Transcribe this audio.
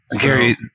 Gary